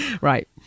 right